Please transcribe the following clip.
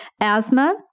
Asthma